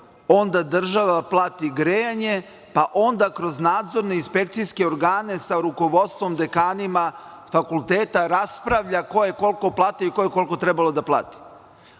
onda država plati grejanje, pa onda kroz nadzorne inspekcijske organe sa rukovodstvom, dekanima fakulteta raspravlja, ko je koliko platio i ko je koliko trebalo da plati.